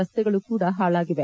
ರಸ್ತೆಗಳು ಕೂಡ ಹಾಳಾಗಿವೆ